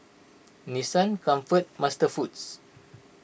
Nissan Comfort MasterFoods